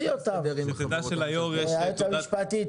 להסתדר עם החברות --- היועץ המשפטי,